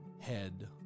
head